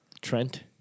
Trent